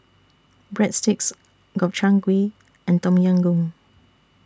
Breadsticks Gobchang Gui and Tom Yam Goong